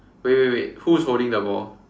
wait wait wait who is holding the ball